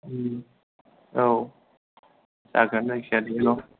औ जागोन जायखिया बेनि उनाव